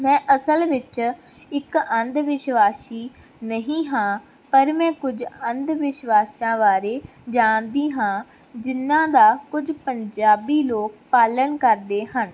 ਮੈਂ ਅਸਲ ਵਿੱਚ ਇੱਕ ਅੰਧ ਵਿਸ਼ਵਾਸ਼ੀ ਨਹੀਂ ਹਾਂ ਪਰ ਮੈਂ ਕੁਝ ਅੰਧ ਵਿਸ਼ਵਾਸ਼ਾਂ ਬਾਰੇ ਜਾਣਦੀ ਹਾਂ ਜਿਹਨਾਂ ਦਾ ਕੁਝ ਪੰਜਾਬੀ ਲੋਕ ਪਾਲਣ ਕਰਦੇ ਹਨ